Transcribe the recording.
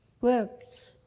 works